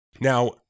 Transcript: Now